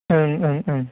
ओंं ओं ओं